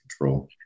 control